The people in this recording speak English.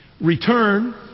return